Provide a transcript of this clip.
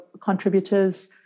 contributors